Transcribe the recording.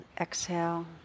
exhale